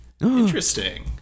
Interesting